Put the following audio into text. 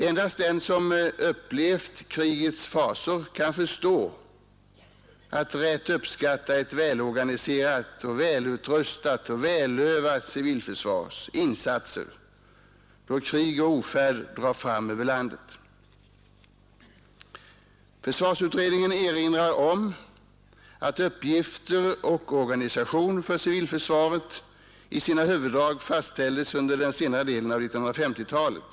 Endast den som upplevt krigets fasor kan förstå att rätt uppskatta ett välorganiserat, välutrustat och välövat civilförsvars insatser då krig och ofärd drar fram över landet. Försvarsutredningen erinrar om att uppgifter och organisation för civilförsvaret i sina huvuddrag fastställdes under senare delen av 1950-talet.